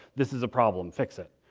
this is a problem, fix it.